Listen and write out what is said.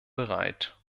bereit